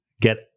get